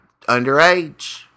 underage